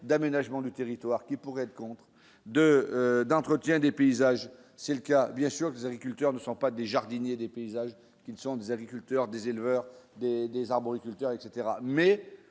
d'aménagement du territoire, qui pourrait être contraint de d'entretien des paysages, c'est le cas bien sûr des agriculteurs ne sont pas des jardiniers, des paysages qui sont des agriculteurs, des éleveurs, des des arboriculteurs etc